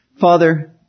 Father